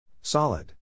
Solid